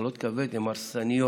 מחלות כבד הן הרסניות,